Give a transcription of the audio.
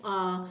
uh